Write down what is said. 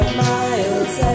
miles